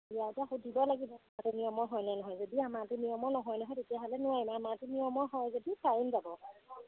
ইয়াৰ পৰা সুধিব লাগিব সেইটো নিয়মৰ হয় নে নহয় যদি আমাৰটো নিয়মত নহয় নহয় তেতিয়াহ'লে নোৱৰিম আমাৰটো নিয়মৰ হয় যদি পাৰিম যাব